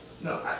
No